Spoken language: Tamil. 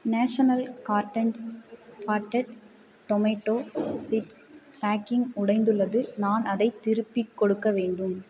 national gardens potted tomato seeds packing உடைந்துள்ளது நான் அதைத் திருப்பிக் கொடுக்க வேண்டும்